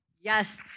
Yes